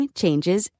changes